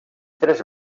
tres